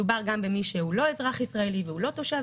מדובר גם במי שהוא לא אזרח ישראלי והוא לא תושב